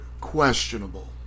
questionable